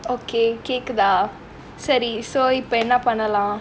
okay கேக்குதா சரி:kekkutha sari so இப்போ என்ன பண்ணலாம்:ippo enna pannalaam